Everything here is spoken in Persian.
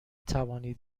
توانید